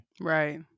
right